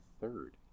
third